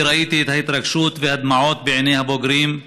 כי ראיתי את ההתרגשות והדמעות בעיני הבוגרים,